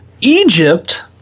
Egypt